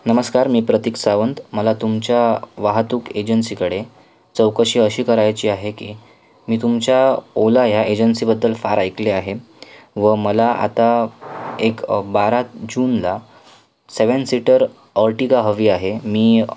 नमस्कार मी प्रतीक सावंत मला तुमच्या वाहतूक एजन्सीकडे चौकशी अशी करायची आहे की मी तुमच्या ओला या एजन्सीबद्दल फार ऐकले आहे व मला आता एक बारा जूनला सेव्हन सीटर ऑर्टिगा हवी आहे मी